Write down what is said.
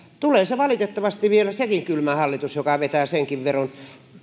tulee valitettavasti vielä sekin kylmä hallitus joka vetää senkin veron